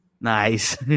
Nice